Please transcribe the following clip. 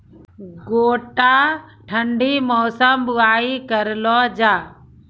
गोटा ठंडी मौसम बुवाई करऽ लो जा?